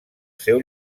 seu